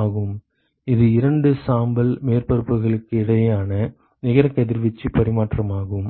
ஆகும் இது இரண்டு சாம்பல் மேற்பரப்புகளுக்கு இடையிலான நிகர கதிர்வீச்சு பரிமாற்றமாகும்